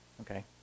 Okay